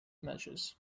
measures